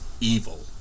evil